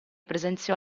presenziò